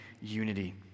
unity